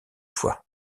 fois